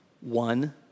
One